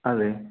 അതെ